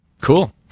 Cool